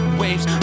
waves